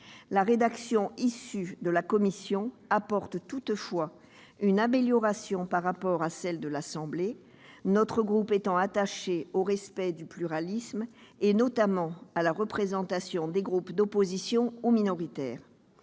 La rédaction issue des travaux de la commission des lois apporte toutefois une amélioration par rapport à celle de l'Assemblée nationale, notre groupe étant attaché au respect du pluralisme, et notamment à la représentation des groupes d'opposition ou minoritaires.